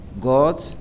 God